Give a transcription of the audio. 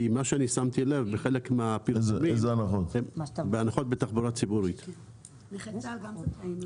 כי שמתי לב בחלק מהפרסומים --- נכי צה"ל גם זכאים להן.